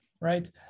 Right